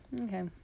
okay